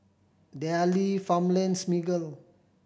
Darlie Farmlands Miggle